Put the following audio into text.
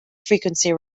frequency